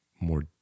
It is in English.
More